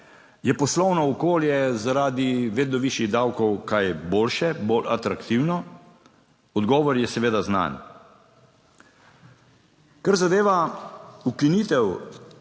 Je poslovno okolje zaradi vedno višjih davkov kaj boljše, bolj atraktivno? Odgovor je seveda znan. Kar zadeva ukinitev